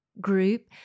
group